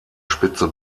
spitze